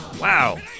wow